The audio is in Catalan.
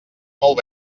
molt